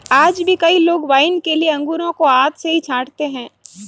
आज भी कई लोग वाइन के लिए अंगूरों को हाथ से ही छाँटते हैं